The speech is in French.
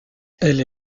elle